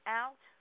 out